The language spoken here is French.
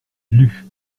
lut